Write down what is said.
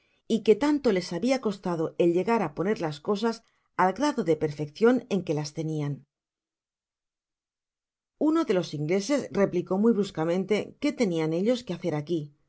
y qué tanío les habia costado el llegar á poner las cosas ál grado de perfeccion en que las tenian uno de los ingleses replicó muy bruscamente qué tenian ellos que hacer aquí